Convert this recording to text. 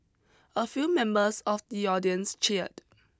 a few members of the audience cheered